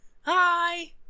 hi